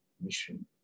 mission